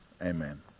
Amen